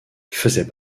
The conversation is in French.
faisait